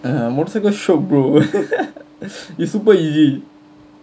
ya motorcycle shiok bro is super easy